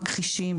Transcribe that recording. מכחישים.